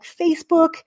Facebook